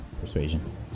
persuasion